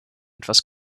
etwas